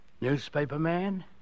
Newspaperman